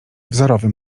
wzorowym